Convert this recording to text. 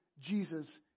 Jesus